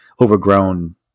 overgrown